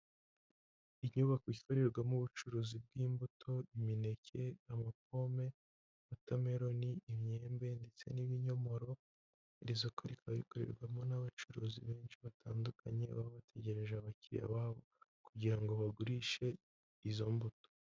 Inyubako zikorerwamo ubucuruzi bw'imbuto, imineke, amapome, wotameroni, imyembe ndetse n'ibinyomoro, iri soko rikaba rikorerwamo n'abacuruzi benshi batandukanye baba bategereje abakiriya babo kugira ngo bagurishe izo mbuto.